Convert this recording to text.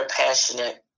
passionate